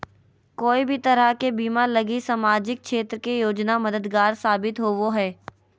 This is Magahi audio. कोय भी तरह के बीमा लगी सामाजिक क्षेत्र के योजना मददगार साबित होवो हय